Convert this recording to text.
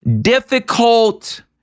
difficult